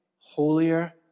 holier